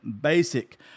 basic